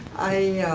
i